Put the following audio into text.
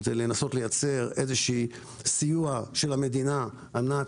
הוא לנסות לייצר סיוע של המדינה על מנת